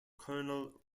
colonel